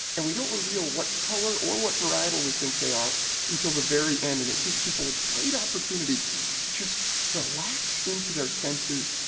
and we don't reveal what color or what varietal we think they are until the very end and it gives people a great opportunity to relax into their senses,